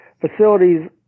facilities